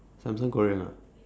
samsung korean ah